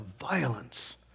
violence